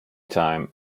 time